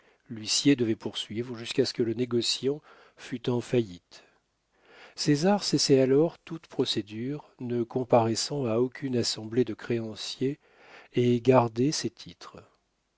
l'huissier devait poursuivre jusqu'à ce que le négociant fût en faillite césar cessait alors toute procédure ne comparaissait à aucune assemblée de créanciers et gardait ses titres